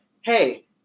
hey